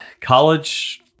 college